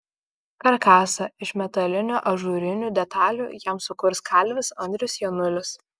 karkasą iš metalinių ažūrinių detalių jam sukurs kalvis andrius janulis